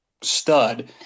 stud